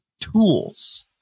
tools